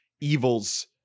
evils